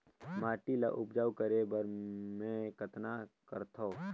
माटी ल उपजाऊ करे बर मै कतना करथव?